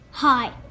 Hi